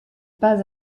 pas